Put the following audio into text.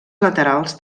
laterals